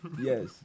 yes